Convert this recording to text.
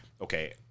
okay